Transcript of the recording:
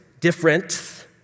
different